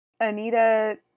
Anita